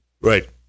Right